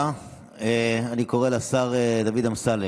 מוסר?